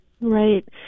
Right